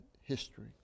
history